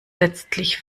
letztlich